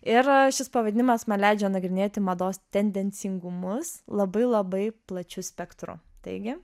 ir šis pavadinimas man leidžia nagrinėti mados tendencingumus labai labai plačiu spektru taigi